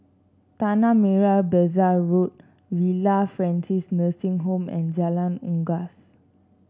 Tanah Merah Besar Road Villa Francis Nursing Home and Jalan Unggas